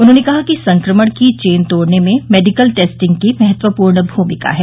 उन्होंने कहा कि संक्रमण की चेन तोड़ने में मेडिकल टेस्टिंग की महत्वपूर्ण भूमिका है